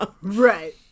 right